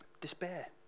Despair